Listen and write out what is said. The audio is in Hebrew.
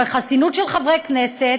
ובחסינות של חברי כנסת,